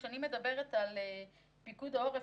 כשאני מדברת על פיקוד העורף,